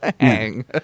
hang